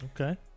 Okay